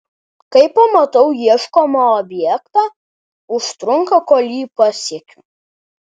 kai pamatau ieškomą objektą užtrunka kol jį pasiekiu